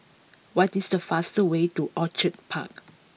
what is the fastest way to Orchid Park